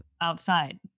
outside